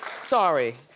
sorry.